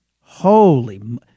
Holy